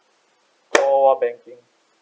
call one banking